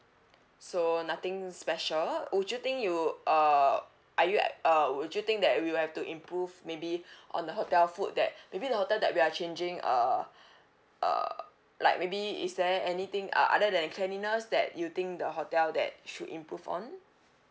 so nothing special would you think you uh are you at uh would you think that we'll have to improve maybe on the hotel food that maybe the hotel that we are changing uh err like maybe is there anything uh other than the cleanliness that you think the hotel that should improve on